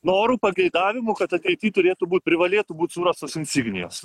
norų pageidavimų kad ateity turėtų būt privalėtų būt surastos insignijos